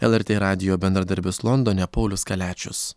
lrt radijo bendradarbis londone paulius kaliačius